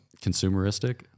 Consumeristic